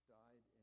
died